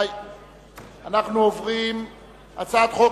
הצעת חוק